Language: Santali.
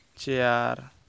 ᱪᱮᱭᱟᱨ